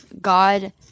God